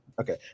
Okay